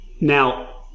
Now